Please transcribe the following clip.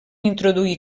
introduir